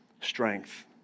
strength